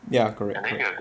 ya correct correct